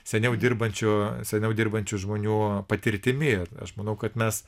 seniau dirbančių seniau dirbančių žmonių patirtimi aš manau kad mes